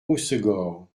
hossegor